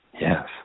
Yes